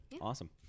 awesome